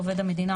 "עובד המדינה",